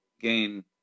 gain